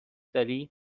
داری